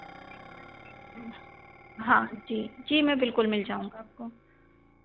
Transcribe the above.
हाँ जी जी मैं बिलकुल मिल जाऊँगा आपको